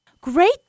Great